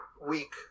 week